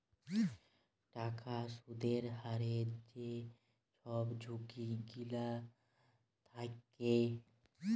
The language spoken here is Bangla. টাকার সুদের হারের যে ছব ঝুঁকি গিলা থ্যাকে